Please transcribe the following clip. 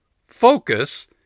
Focus